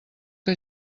que